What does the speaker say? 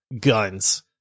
guns